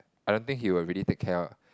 I don't think he will really take care of